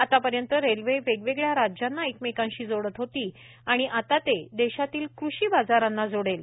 आतापर्यंत रेल्वे वेगवेगळ्या राज्यांना एकमेकांशी जोडत होती आणि आता ते देशातील कृषी बाजारांना जोडेल